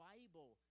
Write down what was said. Bible